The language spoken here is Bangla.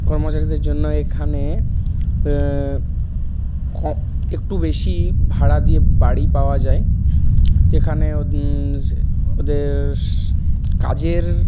কর্মচারীদের জন্য এখানে ক একটু বেশি ভাড়া দিয়ে বাড়ি পাওয়া যায় এখানে ওদের কাজের